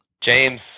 James